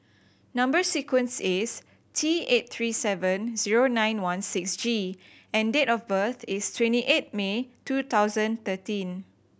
number sequence is T eight three seven zero nine one six G and date of birth is twenty eight May two thousand thirteen